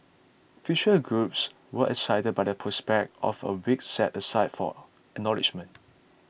featured groups were excited by the prospect of a week set aside for acknowledgement